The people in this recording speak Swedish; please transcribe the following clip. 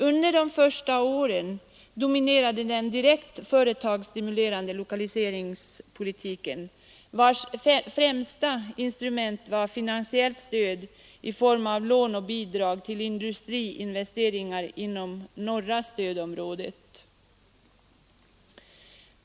Under de första åren dominerade den direkt företagsstimulerande lokaliseringspolitiken vars främsta instrument var finansiellt stöd i form av lån och bidrag till industriinvesteringar inom det norra stödområdet.